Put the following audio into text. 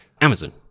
Amazon